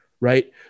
right